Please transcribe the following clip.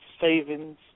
savings